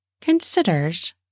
considers